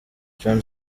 john